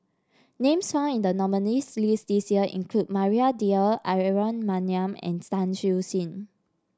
names found in the nominees' list this year include Maria Dyer Aaron Maniam and Tan Siew Sin